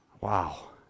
Wow